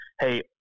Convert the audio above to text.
hey